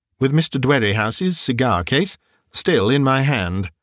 with mr. dwerrihouse's cigar-case still in my hand.